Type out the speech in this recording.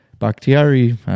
Bakhtiari